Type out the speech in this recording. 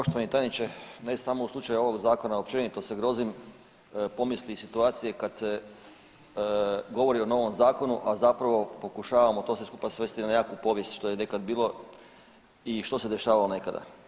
Poštovani tajniče, ne samo u slučaju ovog zakona, općenito se grozim pomisli i situacije kad se govori o novom zakonu, a zapravo pokušavamo to sve skupa svesti na nekakvu povijest, što je nekad bilo i što se dešavalo nekada.